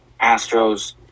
Astros